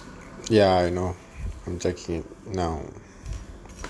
ya I know I'm checking now